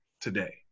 today